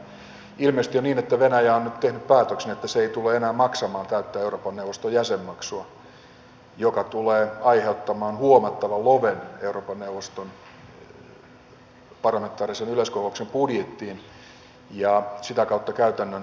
ilmeisesti on niin että venäjä on nyt tehnyt päätöksen että se ei tule enää maksamaan täyttä euroopan neuvoston jäsenmaksua mikä tulee aiheuttamaan huomattavan loven euroopan neuvoston parlamentaarisen yleiskokouksen budjettiin ja sitä kautta käytännön toimintoihin